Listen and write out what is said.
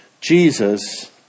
Jesus